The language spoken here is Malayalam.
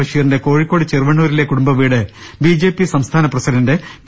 ബഷീറിന്റെ ് കോഴിക്കോട് ചെറുവണ്ണൂരിലെ കുടുംബ വീട് ബി ജെ പി സംസ്ഥാന പ്രസിഡന്റ് പി